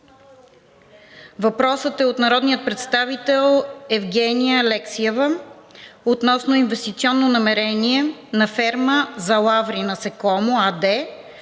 Въпросът е от народния представител Евгения Алексиева относно инвестиционно намерение на ферма за ларви „Насекомо“ АД,